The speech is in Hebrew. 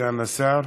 סגן השר,